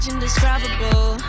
indescribable